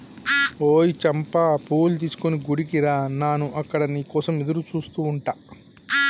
ఓయ్ చంపా పూలు తీసుకొని గుడికి రా నాను అక్కడ నీ కోసం ఎదురుచూస్తు ఉంటా